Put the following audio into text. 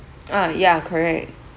ah ya correct